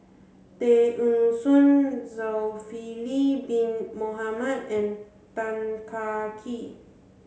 Tay Eng Soon Zulkifli Bin Mohamed and Tan Kah Kee